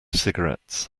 cigarettes